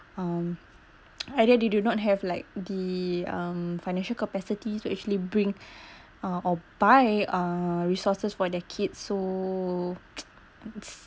um either they do not have like the um financial capacities to actually bring uh or buy uh resources for their kid so